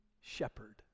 shepherd